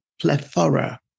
plethora